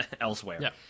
elsewhere